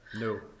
no